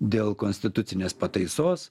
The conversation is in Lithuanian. dėl konstitucinės pataisos